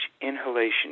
inhalation